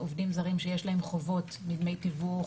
אם עובדים זרים שיש להם חובות, דמי תיווך